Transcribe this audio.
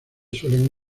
suelen